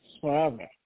forever